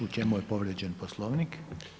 U čemu je povrijeđen Poslovnik?